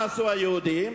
מה עשו היהודים?